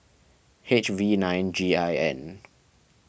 H V nine G I N